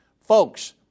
folks